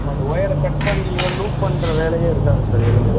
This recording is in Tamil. அந்த ஒயரை கட் பண்ணியோ லூப் பண்ணுற வேலையோ இருக்காது சார் எதுவுமே